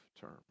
term